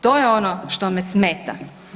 To je ono što me smeta.